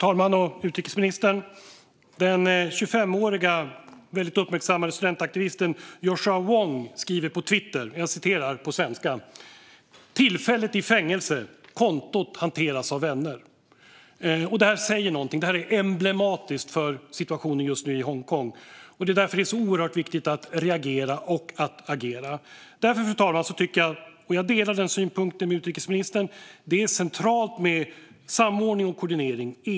Fru talman! Den 25-årige, väldigt uppmärksammade studentaktivisten Joshua Wong skriver på Twitter: Tillfälligt i fängelse, kontot hanteras av vänner. Det här säger något. Det är emblematiskt för situationen i Hongkong just nu, och det är därför det är så oerhört viktigt att reagera och agera. Därför tycker jag, och jag delar det synsättet med utrikesministern, att det är centralt med samordning och koordinering.